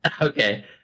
Okay